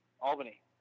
Albany